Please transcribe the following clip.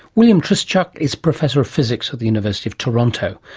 william trischuk is professor of physics at the university of toronto,